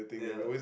yeah